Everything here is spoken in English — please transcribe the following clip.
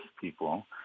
people